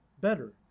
better